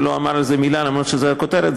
ולא אמר על זה מילה למרות שזו הכותרת,